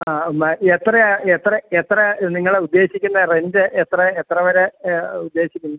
ആ എന്നാ എത്രയാ എത്ര എത്ര നിങ്ങൾ ഉദ്ദേശിക്കുന്ന റെൻറ്റ് എത്ര എത്ര വരെ ഉദ്ദേശിക്കുന്നത്